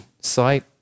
site